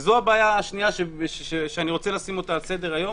וזו הבעיה השנייה שאני רוצה לשים אותה על סדר היום,